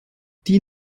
die